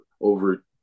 over